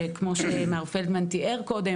שכמו שמר פלדמן תיאר קוד,